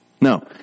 No